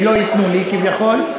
שלא ייתנו לי כביכול,